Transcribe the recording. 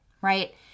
right